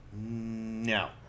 no